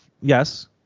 yes